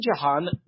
Jahan